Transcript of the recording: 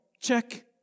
Check